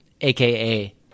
aka